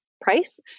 price